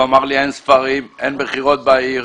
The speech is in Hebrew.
הוא אמר לי, אין ספרים, אין בחירות בעיר.